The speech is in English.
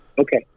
Okay